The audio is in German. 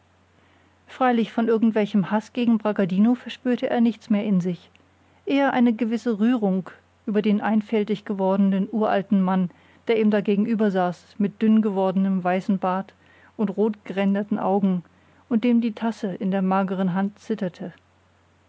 freilich von irgendwelchem haß gegen bragadino verspürte er nichts mehr in sich eher eine gewisse rührung über den einfältig gewordenen uralten mann der ihm da gegenübersaß mit dünngewordenem weißen bart und rotgeränderten augen und dem die tasse in der mageren hand zitterte